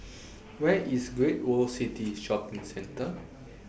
Where IS Great World City Shopping Centre